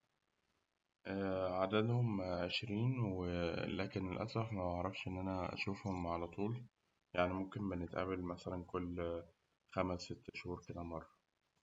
عددهم عشرين لكن للأسف مبعرفش إن أنا أشوفهم علطول، يعني ممكن بنتقابل مثلاً كل خمس ست شهور كده مرة.